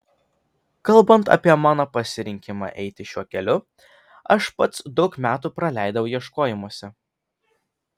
kalbant apie mano pasirinkimą eiti šiuo keliu aš pats daug metų praleidau ieškojimuose